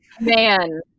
Man